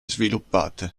sviluppate